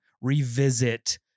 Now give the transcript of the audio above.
revisit